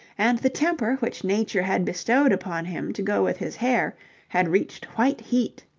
and the temper which nature had bestowed upon him to go with his hair had reached white heat.